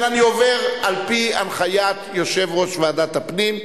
את אמירתו של יושב-ראש ועדת הפנים.